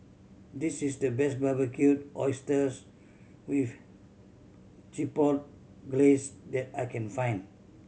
this is the best Barbecued Oysters with Chipotle Glaze that I can find